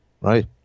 right